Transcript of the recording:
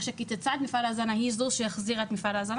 שקיצצה את מפעל ההזנה היא החזירה אותו,